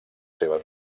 seves